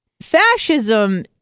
Fascism